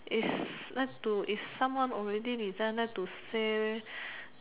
is like to is someone already resign like to say